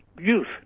youth